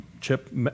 chip